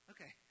Okay